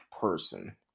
person